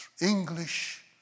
English